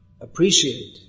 appreciate